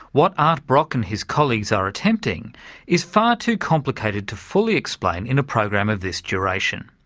what art brock and his colleagues are attempting is far too complicated to fully explain in a program of this duration,